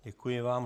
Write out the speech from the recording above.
Děkuji vám.